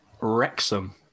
Wrexham